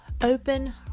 Open